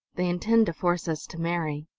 they intend to force us to marry!